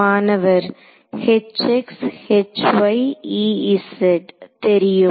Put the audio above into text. மாணவர் தெரியும்